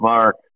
Mark